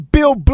Bill